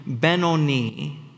Benoni